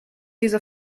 diese